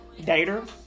dater